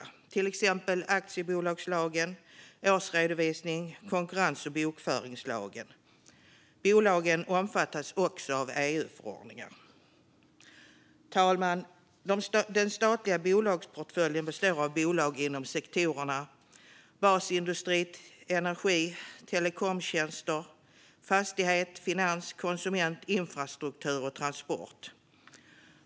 Det är till exempel aktiebolagslagen och bokföringslagen när det gäller årsredovisning och konkurrens. Bolagen omfattas också av EU-förordningar. Herr talman! Den statliga bolagsportföljen består av bolag inom sektorerna basindustri, energi, telekomtjänster, fastighet, finans, konsument, infrastruktur och transport.